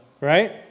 right